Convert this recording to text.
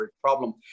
problem